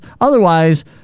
otherwise